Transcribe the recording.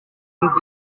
nzi